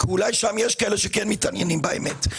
אולי שם יש כאלה שמתעניינים באמת.